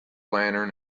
lantern